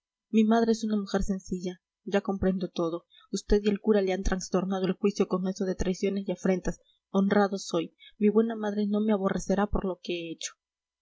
mi madre es una mujer sencilla ya comprendo todo vd y el cura le han trastornado el juicio con eso de traiciones y afrentas honrado soy mi buena madre no me aborrecerá por lo que he hecho